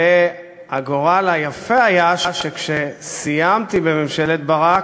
והגורל היפה היה, שכשסיימתי בממשלת ברק,